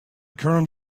current